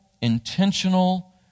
intentional